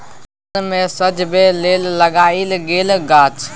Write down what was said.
घर मे सजबै लेल लगाएल गेल गाछ